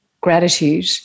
gratitude